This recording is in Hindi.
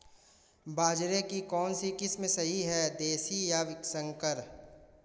बाजरे की कौनसी किस्म सही हैं देशी या संकर?